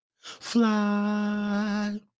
fly